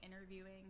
interviewing